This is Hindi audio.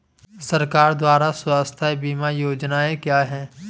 सरकार द्वारा स्वास्थ्य बीमा योजनाएं क्या हैं?